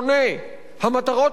המטרות שלה הן אחרות.